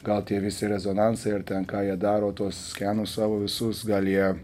gal tie visi rezonansai ar ten ką jie daro tuos skenus savo visus gal jie